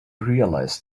realize